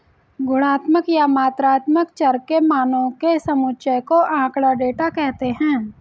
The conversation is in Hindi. गुणात्मक या मात्रात्मक चर के मानों के समुच्चय को आँकड़ा, डेटा कहते हैं